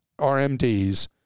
RMDs